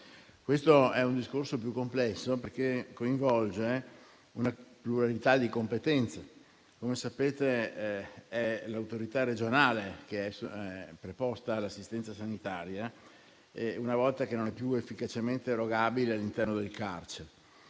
Il discorso è più complesso, perché coinvolge una pluralità di competenze. Come sapete, è l'autorità regionale ad essere preposta all'assistenza sanitaria, una volta che questa non è più efficacemente erogabile all'interno del carcere.